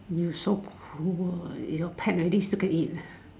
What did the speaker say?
you so cruel your pet already still can eat